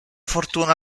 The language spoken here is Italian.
fortuna